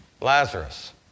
Lazarus